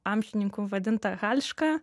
amžininkų vadinta halška